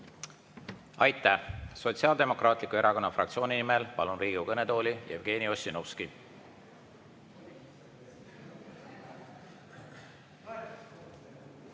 Aitäh! Sotsiaaldemokraatliku Erakonna fraktsiooni nimel palun Riigikogu kõnetooli Jevgeni Ossinovski.